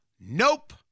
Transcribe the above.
nope